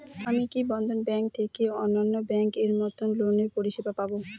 আমি কি বন্ধন ব্যাংক থেকে অন্যান্য ব্যাংক এর মতন লোনের পরিসেবা পাব?